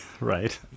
Right